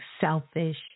selfish